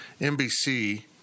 NBC